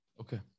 okay